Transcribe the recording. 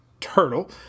turtle